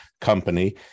company